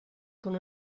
con